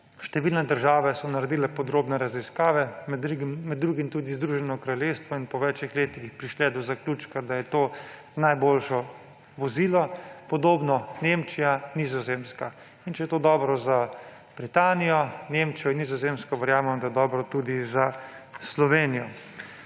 Številne države so naredile podrobne raziskave, med drugim tudi Združeno kraljestvo, in po več letih prišle do zaključka, da je to najboljše vozilo, podobno Nemčija, Nizozemska. In če je to dobro za Britanijo, Nemčijo in Nizozemsko, verjamem, da je dobro tudi za Slovenijo.